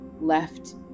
left